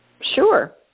Sure